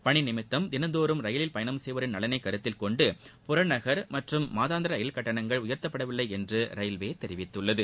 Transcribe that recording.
பணிநிமித்தம் தினந்தோறும் ரயிலில் பயனம் செய்வோரின் நலனை கருத்தில்கொண்டு புறநகர் மற்றம் மாதாந்திர ரயில் கட்டணங்கள் உயர்த்தப்படவில்லை என்றும் ரயில்வே தெரிவித்துள்ளது